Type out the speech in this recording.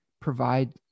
provide